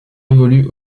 évolue